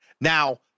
Now